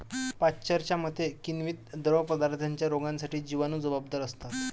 पाश्चरच्या मते, किण्वित द्रवपदार्थांच्या रोगांसाठी जिवाणू जबाबदार असतात